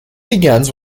begins